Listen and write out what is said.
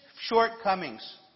shortcomings